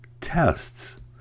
tests